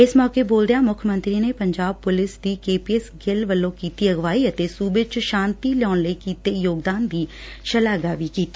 ਇਸ ਮੌਕੇ ਬੋਲਦਿਆਂ ਮੁੱਖ ਮੰਤਰੀ ਨੇ ਪੰਜਾਬ ਪੁਲਿਸ ਦੀ ਕੇ ਪੀ ਐਸ ਗਿੱਲ ਵੱਲੋਂ ਕੀਤੀ ਅਗਵਾਈ ਅਤੇ ਸੁਬੇ ਚ ਸ਼ਾਂਤੀ ਲਿਆਉਣ ਲਈ ਦਿਤੇ ਯੋਗਦਾਨ ਦੀ ਸ਼ਲਾਘਾ ਵੀ ਕੀਤੀ